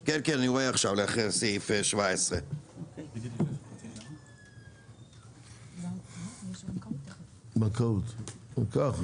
עכשיו, לאחרי סעיף 17. אוקיי.